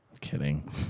kidding